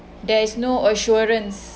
there is no assurance